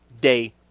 day